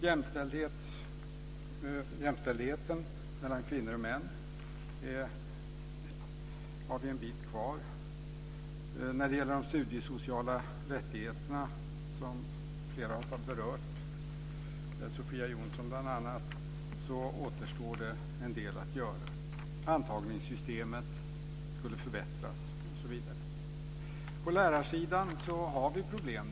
När det gäller jämställdheten mellan kvinnor och män har vi en bit kvar. Flera talare har berört de studiesociala frågorna, bl.a. Sofia Jonsson. Där återstår en del att göra. Antagningssystemet skulle förbättras, osv. På lärarsidan har vi problem.